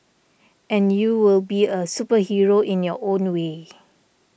and you will be a superhero in your own way